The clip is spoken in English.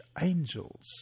angels